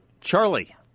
Charlie